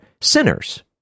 sinners